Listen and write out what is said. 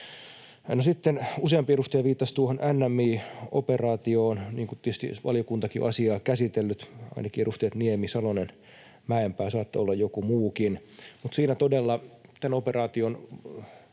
useampi edustaja viittasi tuohon NMI-operaatioon — kun tietysti valiokuntakin on asiaa käsitellyt — ainakin edustajat Niemi, Salonen, Mäenpää, saattoi olla joku muukin. Siinä todella tämän operaation